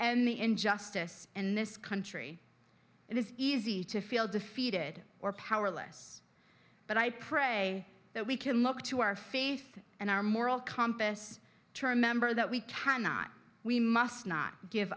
end the injustice in this country it is easy to feel defeated or powerless but i pray that we can look to our faith and our moral compass to remember that we cannot we must not give